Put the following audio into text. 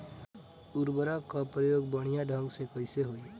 उर्वरक क प्रयोग बढ़िया ढंग से कईसे होई?